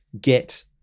get